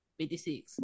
56